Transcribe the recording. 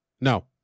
No